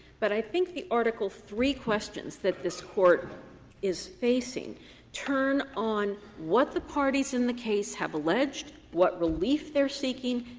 but i think the article iii questions that this court is facing turn on what the parties in the case have alleged, what relief they're seeking,